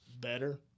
better